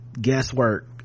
guesswork